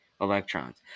electrons